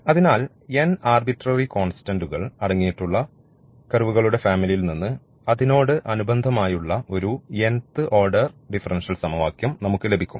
അതിനാൽ n arbitrary കോൺസ്റ്റന്റുകൾ അടങ്ങിയിട്ടുള്ള കർവുകളുടെ ഫാമിലിയിൽ നിന്ന് അതിനോട് അനുബന്ധമായുള്ള ഒരു nth ഓർഡർ ഡിഫറൻഷ്യൽ സമവാക്യം നമുക്ക് ലഭിക്കും